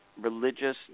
Religious